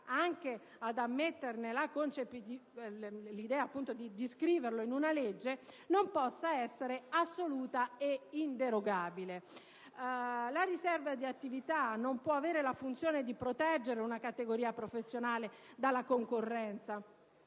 anche ad ammettere l'idea di inserirla in una legge, non può essere assoluta e inderogabile. La riserva di attività non può avere la funzione di proteggere una categoria professionale dalla concorrenza